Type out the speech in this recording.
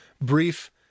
brief